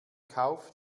kauf